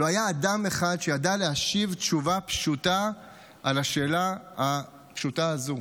לא היה אדם אחד שידע להשיב תשובה פשוטה על השאלה הפשוטה הזו.